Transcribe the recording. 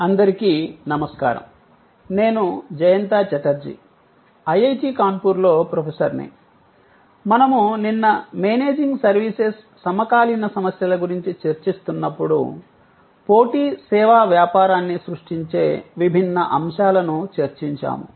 అందరికీ నమస్కారం నేను జయంత ఛటర్జీ ఐఐటి కాన్పూర్ లో ప్రొఫెసర్ ని మనము నిన్న మేనేజింగ్ సర్వీసెస్ సమకాలీన సమస్యల గురించి చర్చిస్తున్నప్పుడు పోటీ సేవా వ్యాపారాన్ని సృష్టించే విభిన్న అంశాలను చర్చించాము